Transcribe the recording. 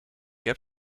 heb